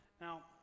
Now